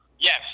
Yes